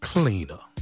Cleaner